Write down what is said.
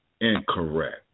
incorrect